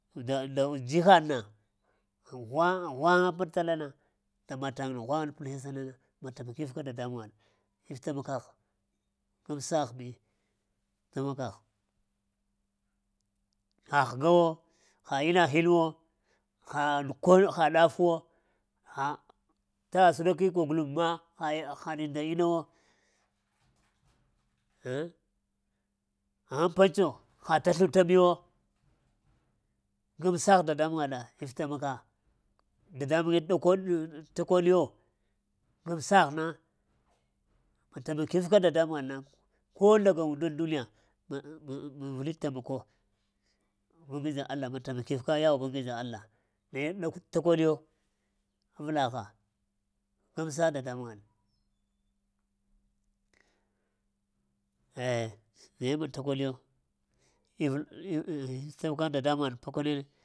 Nda-nda njihaɗna ghwa-ghwaŋa pəɗtala na nda mataŋna ghwaŋ. ma tama kifka dadambuŋwaɗ iftamakagh, gamsagh mi taimakagh, ha hegawo, ha inna hinwo, ha ko, ha dafuwo, ha təgha səɗoko wuka guɗuma ha-haɗi nda innawo eh aghaŋ pentso ha təsluta miwo gamsagh dadambuwaɗa iftamaka, dadambuŋwe takoɗiyo, gamsaghna ma tamakifka dadambŋwaɗ, ko ndaga umndaŋ duniya ma vli taimako, ubangijin allah ma tamakifka ya ubangijin allah naye takoɗiyo avlagha gamsa dadambuwaɗ eh naye ma takoɗiyo if-tamaka dadambuŋ pakwaneɗe.